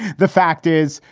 the fact is,